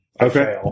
Okay